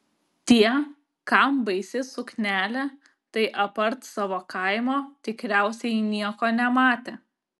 tie kam baisi suknelė tai apart savo kaimo tikriausiai nieko nematė